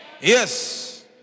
Yes